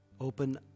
Open